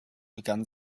begann